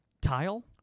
Tile